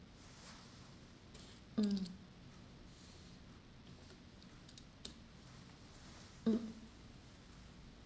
mm mm